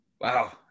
Wow